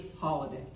holiday